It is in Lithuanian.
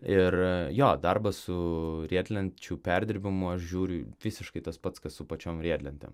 ir jo darbą su riedlenčių perdirbimu aš žiūriu visiškai tas pats kas su pačiom riedlentėm